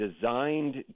designed